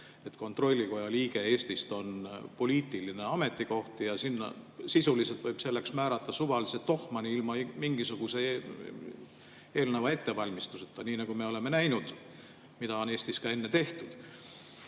kontrollikoja liikmel on poliitiline ametikoht ja sinna sisuliselt võib määrata suvalise tohmani ilma mingisuguse eelneva ettevalmistuseta, nii nagu me oleme näinud ja mida on Eestis ka enne tehtud?